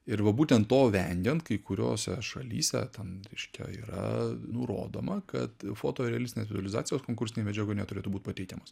ir va būtent to vengiant kai kuriose šalyse ten reiškia yra nurodoma kad foto realistinės vizualizacijos konkursinėj medžiagoj neturėtų būt pateikiamos